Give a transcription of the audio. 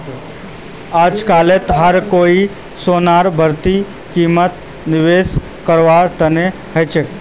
अजकालित हर कोई सोनार बढ़ती कीमतत निवेश कारवार तने चाहछै